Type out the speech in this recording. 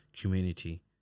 community